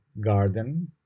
garden